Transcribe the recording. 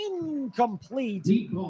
incomplete